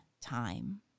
time